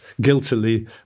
guiltily